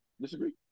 disagree